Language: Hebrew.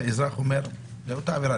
האזרח אומר: זאת אותה עבירה,